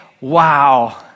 wow